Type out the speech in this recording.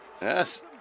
Yes